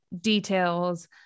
details